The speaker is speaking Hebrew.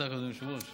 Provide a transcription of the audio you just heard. אתה, אדוני היושב-ראש?